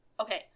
Okay